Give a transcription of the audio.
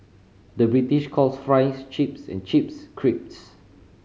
the British calls fries chips and chips crisps